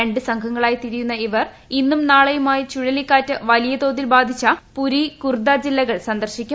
രണ്ട് സംഘങ്ങളായി തിരിയുന്ന ഇവർ ഇന്നും നാളെയുമായി ചുഴലിക്കാറ്റ് വലിയ തോതിൽ ബാധിച്ച പുരി കുർദ ജില്ലകൾ സ്ന്ദർശിക്കും